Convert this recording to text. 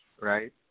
right